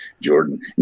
Jordan